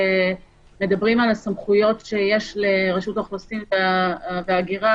אנו מדברים על הסמכויות שיש לרשות האוכלוסין וההגירה,